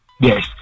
Yes